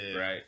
right